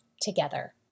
together